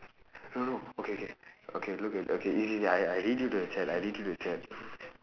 no no okay okay okay look at okay really really I I read you the chat I read you the chat